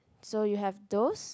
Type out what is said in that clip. so you have those